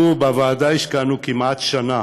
אנחנו בוועדה השקענו כמעט שנה